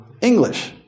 English